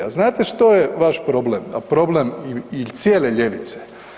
A znate što je vaš problem, a problem i cijele ljevice?